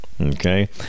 Okay